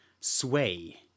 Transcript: Sway